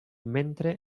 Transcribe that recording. mentre